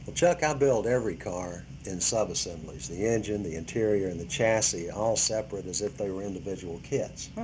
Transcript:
chuck, i build every car in sub-assemblies, the engine, the interior, and the chassis all separate as if they were individual kits.